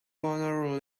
honor